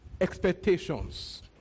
expectations